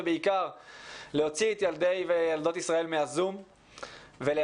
ובעיקר להוציא את ילדי וילדות ישראל מהזום ולייצר